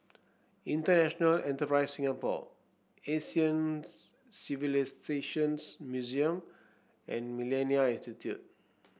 International Enterprise Singapore Asian Civilisations Museum and MillenniA Institute